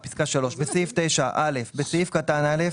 בסעיף 9 - בסעיף קטן (א)